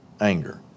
anger